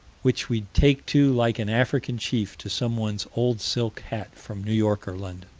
which we'd take to like an african chief to someone's old silk hat from new york or london?